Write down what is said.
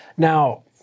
Now